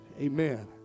Amen